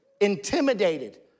intimidated